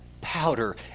powder